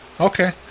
Okay